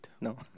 no